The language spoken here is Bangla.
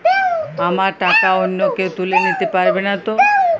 আমার টাকা অন্য কেউ তুলে নিতে পারবে নাতো?